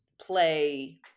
play